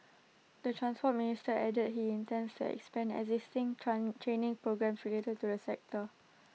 the Transport Minister added he intends expand existing training programmes related to the sector